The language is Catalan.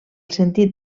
sentit